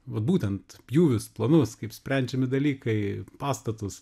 vat būtent pjūvius planus kaip sprendžiami dalykai pastatus